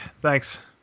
thanks